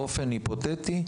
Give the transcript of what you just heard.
באופן היפותטי,